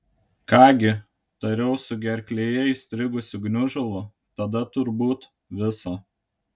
ką gi tariau su gerklėje įstrigusiu gniužulu tada turbūt viso